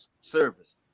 service